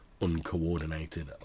uncoordinated